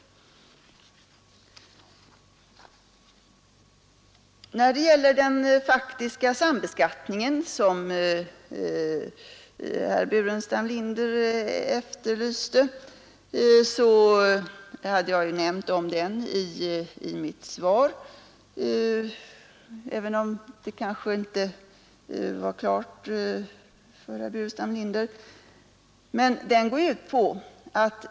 Den faktiska sambeskattningen har herr Burenstam Linder efterlyst besked om. Jag nämnde den i mitt svar, även om herr Burenstam Linder kanske inte uppmärksammade det.